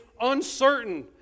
uncertain